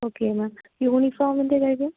okay ma'am യൂണിഫോമിൻ്റെ കാര്യം